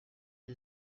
cya